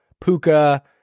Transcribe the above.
puka